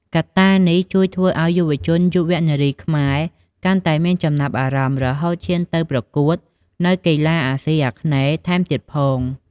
កត្តានេះជួយធ្វើឱ្យយុរជន យុវនារីខ្មែរកាន់តែមានចំណាប់អារម្មណ៍ រហូតឈានទៅប្រកួតនៅកីឡាអាសុីអាគ្នេយ៍ថែមទៀតផង។